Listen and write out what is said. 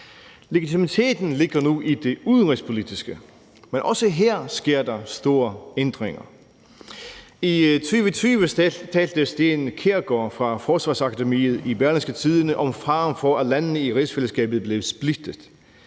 Legitimiteten ligger nu i det udenrigspolitiske, men også her sker der store ændringer. I 2020 talte Steen Kjærgaard fra Forsvarsakademiet i Berlingske om faren for, at landene i rigsfællesskabet blev splittet.